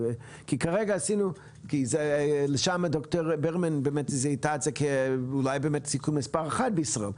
כי ד"ר ברמן באמת זיהתה את זה אולי כבאמת הסיכון מספר אחת בישראל,